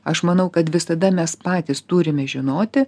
aš manau kad visada mes patys turime žinoti